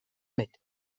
mit